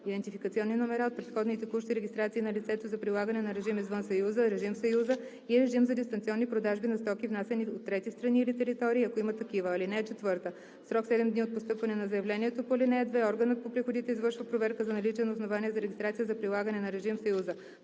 идентификационни номера от предходни и текущи регистрации на лицето за прилагане на режим извън Съюза, режим в Съюза и режим за дистанционни продажби на стоки, внасяни от трети страни или територии, ако има такива. (4) В срок 7 дни от постъпване на заявлението по ал. 2 органът по приходите извършва проверка за наличие на основание за регистрация за прилагане на режим в Съюза.